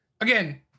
again